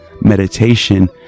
meditation